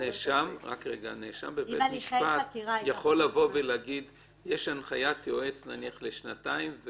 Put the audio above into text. נאשם בבית משפט יכול להגיד שיש הנחיית יועץ נניח לשנתיים,